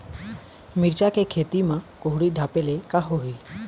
मिरचा के खेती म कुहड़ी ढापे ले का होही?